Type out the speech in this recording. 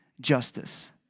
justice